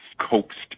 coaxed